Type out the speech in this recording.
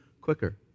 quicker